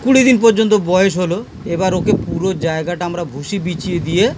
কুড়ি দিন পর্যন্ত বয়স হলো এবার ওকে পুরো জায়গাটা আমরা ভুষি বিছিয়ে দিয়ে